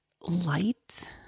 light